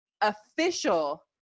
official